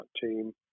team